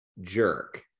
jerk